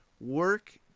work